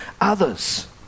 others